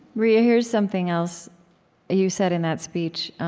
maria, here's something else you said in that speech,